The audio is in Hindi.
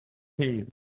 ठीक है